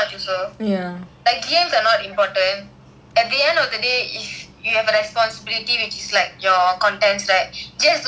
like general meetings are not important at the end of the day is if you have a responsibility which is like your contents right just do the content can already